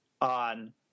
on